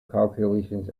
calculations